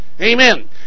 Amen